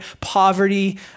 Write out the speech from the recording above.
poverty